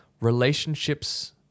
relationships